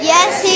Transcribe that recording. Yes